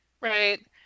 Right